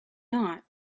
not